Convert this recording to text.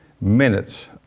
minutes